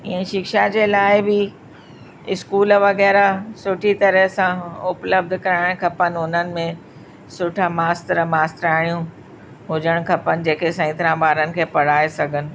इअं शिक्षा जे लाइ बि इस्कूल वग़ैरह सुठी तरह सां उपलब्ध कराइण खपेनि हुननि में सुठा मास्तर मास्तराणियूं हुजण खपेनि जेके सही तरहां ॿारनि खे पढ़ाए सघनि